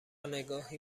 نگاهی